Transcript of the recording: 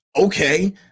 Okay